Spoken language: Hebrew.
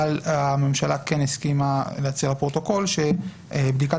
אבל הממשלה כן הסכימה להצהיר לפרוטוקול שבדיקת